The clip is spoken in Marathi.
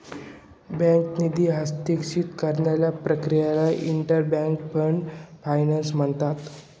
बँकेत निधी हस्तांतरित करण्याच्या प्रक्रियेला इंटर बँक फंड ट्रान्सफर म्हणतात